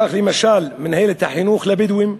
כך, למשל, מינהלת החינוך לבדואים,